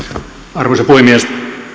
arvoisa puhemies